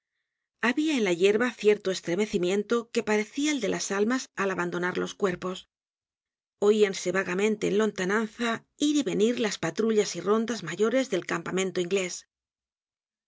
habia en la yerba cierto estremecimiento que parecia el de las almas al abandonar los cuerpos oíanse vagamente en lontananza ir y venir las patrullas y rondas mayores del campamento inglés